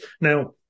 Now